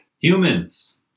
humans